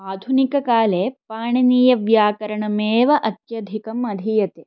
आधुनिककाले पाणिनीयव्याकरणमेव अत्यधिकम् अधीयते